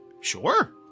Sure